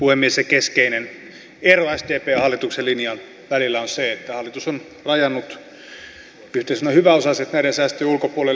se keskeinen ero sdpn ja hallituksen linjan välillä on se että hallitus on rajannut yhteiskunnan hyväosaiset näiden säästöjen ulkopuolelle